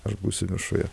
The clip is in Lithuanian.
aš būsiu viršuje